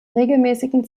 regelmäßigen